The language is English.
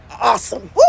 awesome